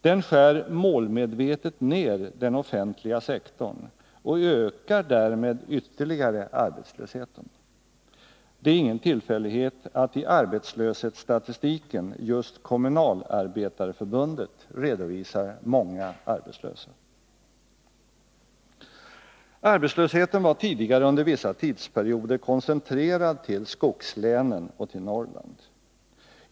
Den skär målmedvetet ned den offentliga sektorn och ökar därmed ytterligare arbetslösheten. Det är ingen tillfällighet att i arbetslöshetsstatistiken just Kommunalarbetareförbundet redovisar många arbetslösa. Arbetslösheten var tidigare under vissa tidsperioder koncentrerad till skogslänen och till Norrland.